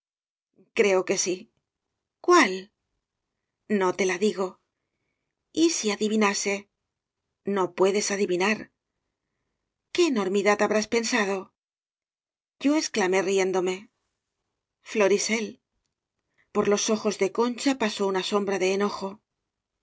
creo que sí cual no te la digo y si adivinase no puedes adivinar qué enormidad habrás pensado yo exclamé riéndome florisel por los ojos de concha pasó una sombra de enojo